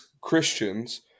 Christians